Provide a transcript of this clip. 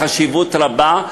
וחשיבות רבה,